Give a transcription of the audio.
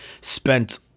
spent